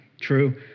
true